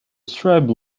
strobe